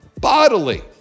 bodily